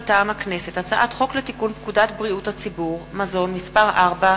מטעם הכנסת: הצעת חוק לתיקון פקודת בריאות הציבור (מזון) (מס' 4)